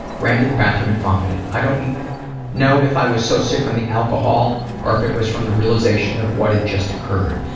ran to the bathroom and vomited. i don't know if i was so sick from the alcohol or if it was from the realization of what had just occurred.